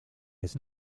has